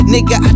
Nigga